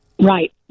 right